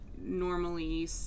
normally